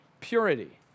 purity